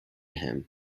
him